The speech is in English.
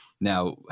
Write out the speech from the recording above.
Now